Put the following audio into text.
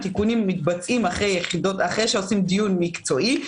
הם נעשים אחרי שעושים דיון מקצועי,